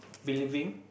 believing